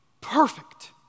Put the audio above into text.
perfect